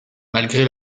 malgré